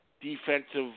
defensive